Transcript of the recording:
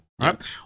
Right